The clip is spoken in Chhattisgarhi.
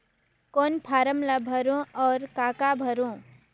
कौन फारम ला भरो और काका भरो?